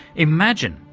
imagine,